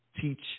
teach